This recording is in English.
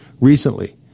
recently